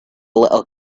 little